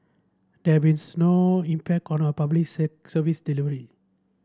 they have been snow impact corn our public set service delivery